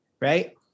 right